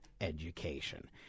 education